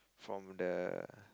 from the